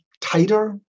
tighter